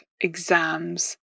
exams